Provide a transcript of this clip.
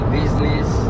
business